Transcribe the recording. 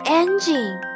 engine